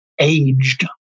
aged